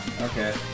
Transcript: Okay